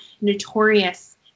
notorious